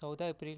चौदा एप्रिल